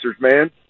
man